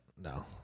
No